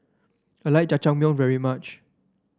I like Jajangmyeon very much